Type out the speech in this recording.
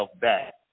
back